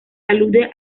alude